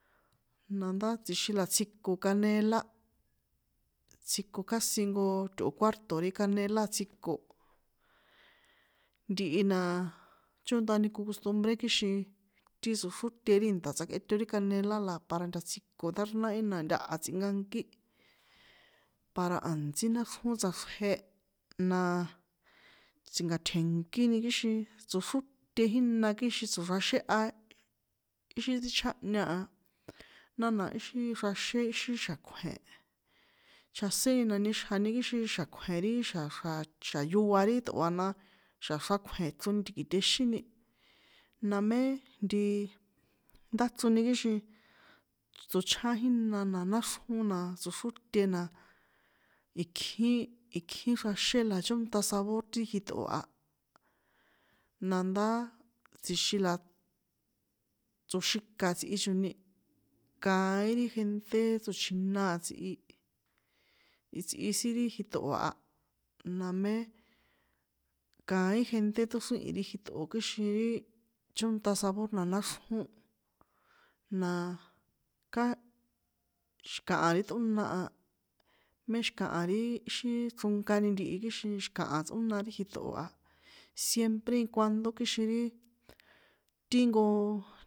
Nandá tsixin la tsjiko canela, tsjiko casi nko tꞌo̱ cuarto ri canela a tsjiko. Ntihi na chónṭani nko costumbre kixin, ti tsoxróte ri ìnta̱ tsjakꞌeto ri canela na para nta tsjiko ndá ri nahí na ntaha tsꞌinkankí, para a̱ntsí náxrjón tsꞌaxrje, naaa, tsi̱nka̱tje̱nkíni ri xí tsoxróte jína kixin tsoxraxéha, íxin tsíchjánhña a, nána íxin xraxé íxi xa̱ kjue̱n, chjaséni na nixjani íxin xa̱ kjue̱n ri xa̱kjue̱n xa̱yoa ri ṭꞌo̱, na xa̱ xrakjue̱ chroni ti̱ki̱texini, namé ntii, ndáchroni kixin tsochján jína na náxrjón na, tsoxróte na, ikjí, íkjín xraxé na chónṭa sabor ti jiṭꞌo̱ a, nandá, tsjixin la, tsoxika tsꞌi choni, kaín ri gente tso̱cjina a tsꞌi, itsꞌi sin ri jiṭꞌo̱ a, namé, kaín gente tóxríhi̱n ri jiṭꞌo̱ kixin ri chónṭa sabor na náxrjón, na, kjá xi̱kaha ri ṭꞌóna a, m´¿e xi̱kaha ri xí chronkani ntihi kixin xi̱kaha tsꞌóna ri jiṭꞌo̱ a, siempre e cuandó kixin ri, ti nko- o.